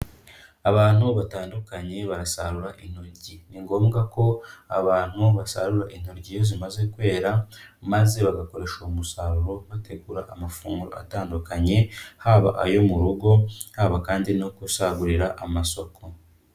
Abantu batandukanye barasarura intoryi, ni ngombwa ko abantu basarura intoryi iyo zimaze kwera, maze bagakoresha uwo musaruro bategura amafunguro atandukanye, haba ayo mu rugo haba kandi no gusagurira amasoko.